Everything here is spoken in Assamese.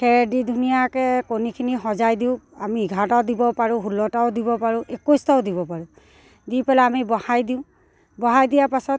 খেৰ দি ধুনীয়াকৈ কণীখিনি সজাই দিওঁ আমি এঘাৰটাও দিব পাৰোঁ ষোল্লটাও দিব পাৰোঁ একৈছটাও দিব পাৰোঁ দি পেলাই আমি বহাই দিওঁ বহাই দিয়াৰ পাছত